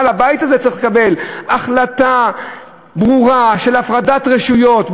אבל הבית הזה צריך לקבל החלטה ברורה של הפרדת רשויות,